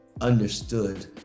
understood